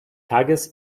tages